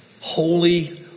holy